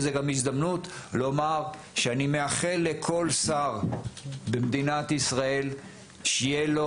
וזו גם הזדמנות לומר שאני מאחל לכל שר במדינת ישראל שיהיה לו